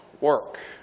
work